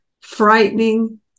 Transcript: frightening